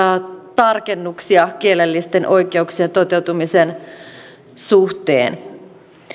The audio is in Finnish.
tarkennuksia kielellisten oikeuksien toteutumisen suhteen